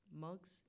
mugs